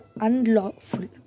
unlawful